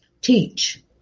Teach